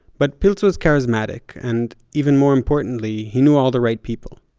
but piltz was charismatic. and even more importantly, he knew all the right people.